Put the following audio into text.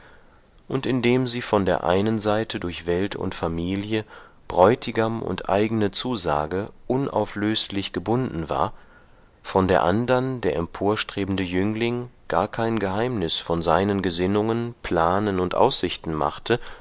und indem sie von der einen seite durch welt und familie bräutigam und eigne zusage unauflöslich gebunden war von der andern der emporstrebende jüngling gar kein geheimnis von seinen gesinnungen planen und aussichten machte